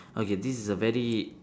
okay this is a very